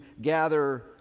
gather